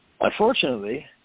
unfortunately